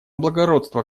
благородства